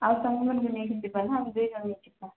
ଆଉ ସାଙ୍ଗମାନଙ୍କୁ ନେଇକି ଯିବା ନା ଆମେ ଦୁଇଜଣ ହିଁ ଯିବା